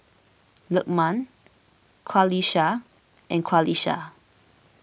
Lukman Qalisha and Qalisha